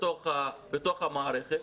בתוך המערכת.